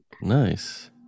nice